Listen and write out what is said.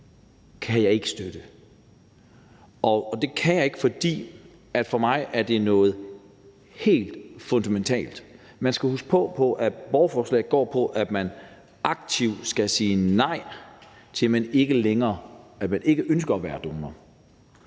kan jeg ikke støtte. Det kan jeg ikke, fordi det her for mig er noget helt fundamentalt. Man skal huske på, at borgerforslaget her går på, at man aktivt skal sige nej, hvis man ikke ønsker at være donor,